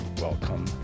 Welcome